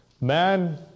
man